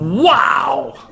Wow